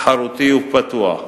תחרותי ופתוח.